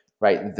right